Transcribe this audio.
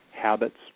habits